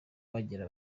bagira